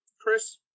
Chris